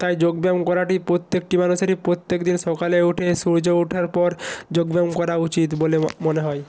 তাই যোগ ব্যায়াম করাটি প্রত্যেকটি মানুষেরই প্রত্যেক দিন সকালে উঠে সূর্য ওঠার পর যোগব্যায়াম করা উচিত বলে মনে হয়